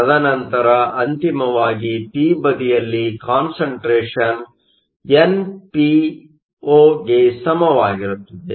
ತದನಂತರ ಅಂತಿಮವಾಗಿ ಪಿ ಬದಿಯಲ್ಲಿ ಕಾನ್ಸಂಟ್ರೇಷನ್Concentration npo ಗೆ ಸಮವಾಗಿರುತ್ತದೆ